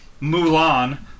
Mulan